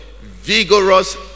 Vigorous